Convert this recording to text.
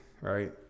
right